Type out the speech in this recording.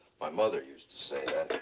my mother used to say